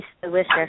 delicious